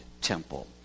temple